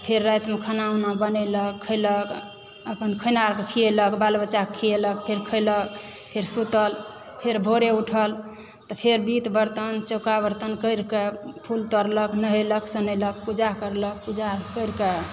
फेर रातिमे खाना उना बनेलक खयलक अपन खाना आरके खियेलक बाल बच्चाकेँ खियेलक फेर खयलक फेर सुतल फेर भोरे उठल तऽ फेर वित् बर्तन चौका बर्तन करिके फूल तोड़लक नहेलक सोनेलक पूजा करलक पूजा अर करिके